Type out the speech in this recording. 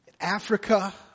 Africa